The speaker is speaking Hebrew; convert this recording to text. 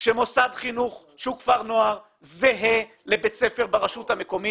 שמוסד חינוך שהוא כפר נוער זהה לבית ספר ברשות המקומית,